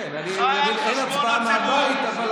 חי